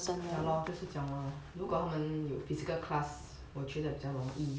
ya lor 就是讲 lor 如果他们有 physical class 我觉得比较容易